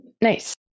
Nice